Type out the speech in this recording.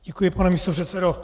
Děkuji, pane místopředsedo.